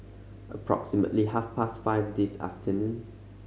approximately half past five this afternoon